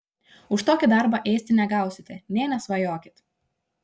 už tokį darbą ėsti negausite nė nesvajokit